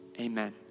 amen